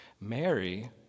Mary